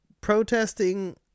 protesting